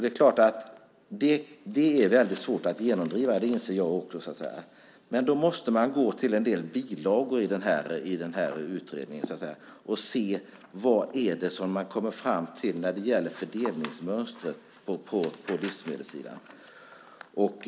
Det är klart att det är svårt att genomdriva en sådan förändring. Det inser jag också. Då måste man gå till en del bilagor i utredningen och se vad det är man kommer fram till när det gäller fördelningsmönstret på livsmedelssidan.